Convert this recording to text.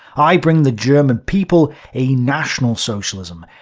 i bring the german people a national socialism,